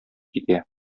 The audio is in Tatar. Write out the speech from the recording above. китә